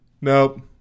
Nope